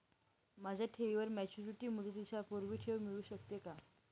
माझ्या ठेवीवर मॅच्युरिटी मुदतीच्या पूर्वी ठेव मिळू शकते का?